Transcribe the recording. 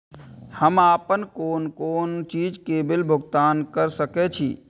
हम आपन कोन कोन चीज के बिल भुगतान कर सके छी?